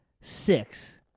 six